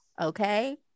okay